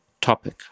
topic